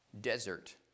Desert